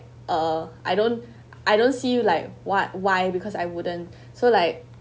uh I don't I don't see like what why because I wouldn't so like